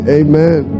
amen